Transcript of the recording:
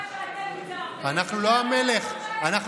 מה שאתם הצהרתם זה שהמלך בוחר.